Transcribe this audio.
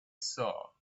saw